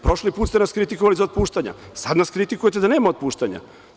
Prošli put ste nas kritikovali za otpuštanja, sad nas kritikujete da nema otpuštanja.